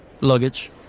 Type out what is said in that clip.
luggage